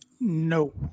No